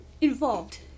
involved